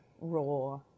raw